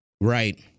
Right